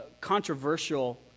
controversial